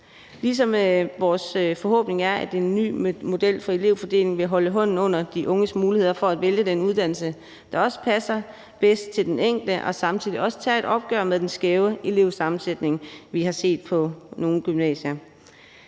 er vores forhåbning, at en ny model for elevfordelingen vil holde hånden under de unges muligheder for at vælge den uddannelse, der passer bedst til den enkelte, og at den samtidig også vil tage et opgør med den skæve elevsammensætning, vi har set på nogle gymnasier.